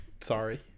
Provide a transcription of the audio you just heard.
sorry